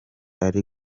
ari